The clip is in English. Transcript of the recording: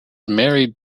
married